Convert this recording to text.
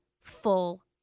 full